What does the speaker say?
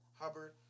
Hubbard